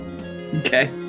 okay